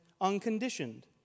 unconditioned